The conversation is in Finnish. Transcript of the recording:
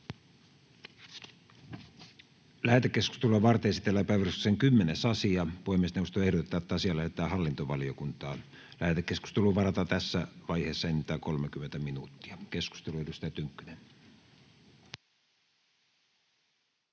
Lähetekeskustelua varten esitellään päiväjärjestyksen 10. asia. Puhemiesneuvosto ehdottaa, että asia lähetetään hallintovaliokuntaan. Lähetekeskusteluun varataan tässä vaiheessa enintään 30 minuuttia. — Keskustelu, edustaja Tynkkynen.